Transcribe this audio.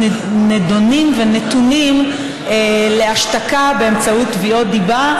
והם לא יהיו נידונים ונתונים להשתקה באמצעות תביעות דיבה,